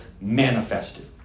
manifested